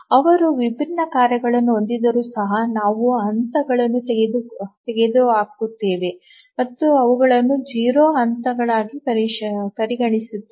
ಅವರು ವಿಭಿನ್ನ ಹಂತಗಳನ್ನು ಹೊಂದಿದ್ದರೂ ಸಹ ನಾವು ಹಂತಗಳನ್ನು ತೆಗೆದುಹಾಕುತ್ತೇವೆ ಮತ್ತು ಅವುಗಳನ್ನು 0 ಹಂತಗಳಾಗಿ ಪರಿಗಣಿಸುತ್ತೇವೆ